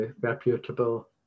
reputable